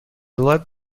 led